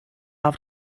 have